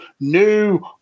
new